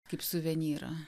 kaip suvenyrą